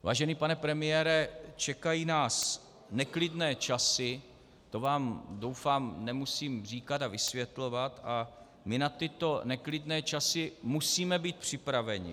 Vážený pane premiére, čekají nás neklidné časy, to vám doufám nemusím říkat a vysvětlovat, a my na tyto neklidné časy musíme být připraveni.